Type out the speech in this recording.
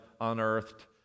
unearthed